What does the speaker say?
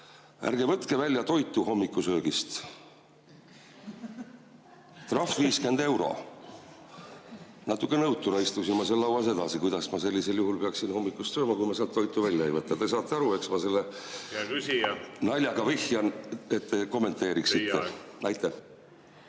"Ärge võtke välja toitu hommikusöögist. Trahv 50 euro". Natuke nõutuna istusin ma seal lauas edasi. Kuidas ma sellisel juhul peaksin hommikust sööma, kui ma sealt toitu välja ei võta? Te saate aru, miks ma sellele naljaga viitan, et te kommenteeriksite.